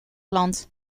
landt